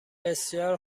بسیار